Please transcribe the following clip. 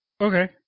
Okay